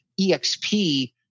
EXP